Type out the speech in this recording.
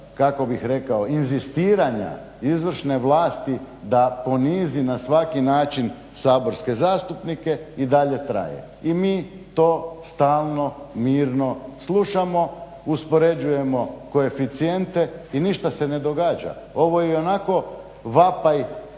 da ovaj način inzistiranja izvršne vlasti da ponizi na svaki način saborske zastupnike i dalje traje i mi to stalno mirno slušamo, uspoređujemo koeficijente i ništa se ne događa. Ovo je ionako vapaj